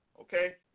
Okay